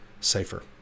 safer